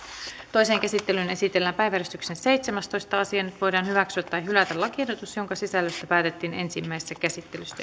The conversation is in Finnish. toiseen käsittelyyn esitellään päiväjärjestyksen seitsemästoista asia nyt voidaan hyväksyä tai hylätä lakiehdotus jonka sisällöstä päätettiin ensimmäisessä käsittelyssä